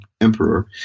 emperor